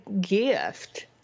gift